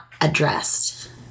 addressed